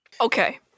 okay